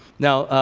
now,